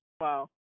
wow